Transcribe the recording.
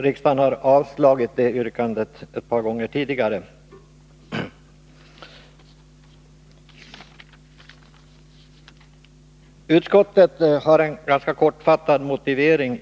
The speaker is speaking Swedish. Riksdagen har avslagit det ett par gånger tidigare. Utskottet anför i betänkandet en ganska kortfattad motivering.